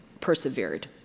persevered